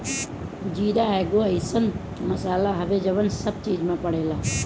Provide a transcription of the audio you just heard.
जीरा एगो अइसन मसाला हवे जवन सब चीज में पड़ेला